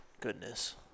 Goodness